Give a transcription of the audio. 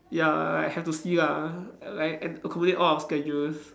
ya like have to see ah and like accommodate all our schedules